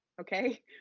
okay